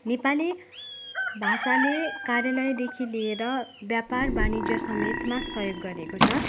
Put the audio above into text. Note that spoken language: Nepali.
नेपाली भाषाले कार्यालयदेखि लिएर व्यापार वाणिज्य समेतमा सहयोग गरेको छ